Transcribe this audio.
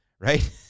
right